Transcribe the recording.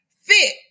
fit